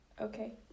Okay